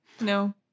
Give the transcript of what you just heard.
No